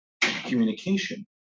communication